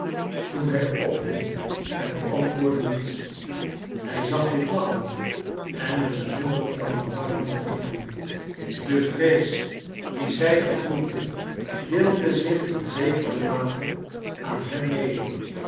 toen hij ophield en antwoordde niets hij zag dit lachen en een zonderlinge verwarring beving hem de vrees die zij gevoelde deelde zich in zekere mate aan hem mede